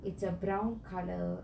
it's a brown colour